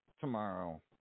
tomorrow